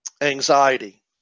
anxiety